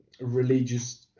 religious